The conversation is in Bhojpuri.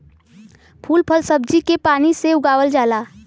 फूल फल सब्जी के पानी से उगावल जाला